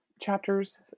chapters